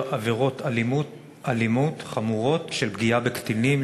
עבירות אלימות חמורות של פגיעה בקטינים,